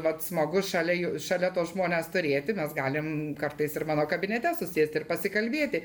vat smagu šalia šalia tuos žmones turėti mes galim kartais ir mano kabinete susėsti ir pasikalbėti